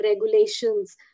regulations